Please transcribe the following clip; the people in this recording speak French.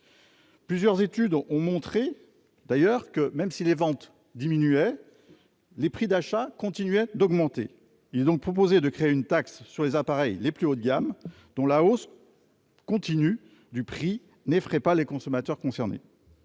Plusieurs études ont d'ailleurs montré que, même si les ventes diminuaient, les prix d'achat continuaient d'augmenter. Il est donc proposé de mettre en place une taxe sur les appareils les plus haut de gamme, dont la hausse continue du prix n'effraie pas les consommateurs concernés.